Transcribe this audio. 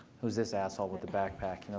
who's this asshole with the backpack?